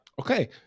Okay